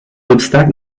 obstacles